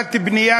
מגבלת בנייה,